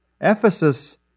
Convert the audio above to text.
Ephesus